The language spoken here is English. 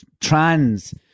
trans